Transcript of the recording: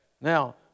Now